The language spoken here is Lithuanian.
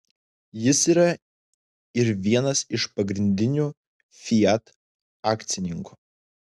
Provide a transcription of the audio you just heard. jis yra ir vienas iš pagrindinių fiat akcininkų